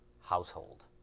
household